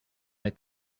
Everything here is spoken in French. est